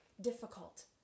difficult